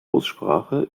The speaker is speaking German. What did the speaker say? aussprache